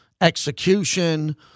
execution